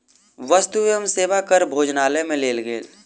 वस्तु एवं सेवा कर भोजनालय में लेल गेल